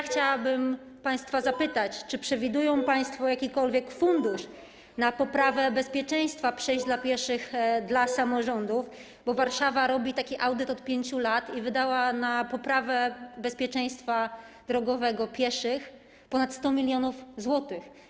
Chciałabym państwa zapytać, czy przewidują państwo jakikolwiek fundusz na poprawę bezpieczeństwa przejść dla pieszych dla samorządów, bo Warszawa robi taki audyt od 5 lat i wydała na poprawę bezpieczeństwa drogowego pieszych ponad 100 mln zł.